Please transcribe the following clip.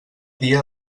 dia